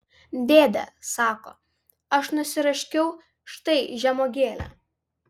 dėde sako aš nusiraškiau štai žemuogėlę